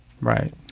Right